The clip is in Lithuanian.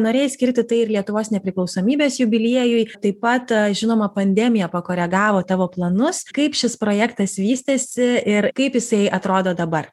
norėjai skirti tai ir lietuvos nepriklausomybės jubiliejui taip pat žinoma pandemija pakoregavo tavo planus kaip šis projektas vystėsi ir kaip jisai atrodo dabar